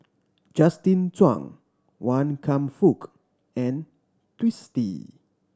Justin Zhuang Wan Kam Fook and Twisstii